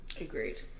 Agreed